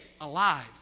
alive